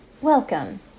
Welcome